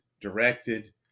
directed